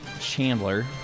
Chandler